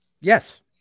Yes